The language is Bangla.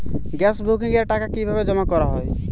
গ্যাস বুকিংয়ের টাকা কিভাবে জমা করা হয়?